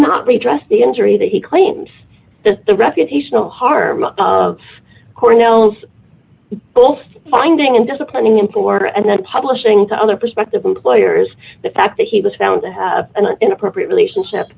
not repressed the injury that he claims the reputational harm of cornell's both finding and disciplining him for and then publishing to other prospective employers the fact that he was found to have an inappropriate relationship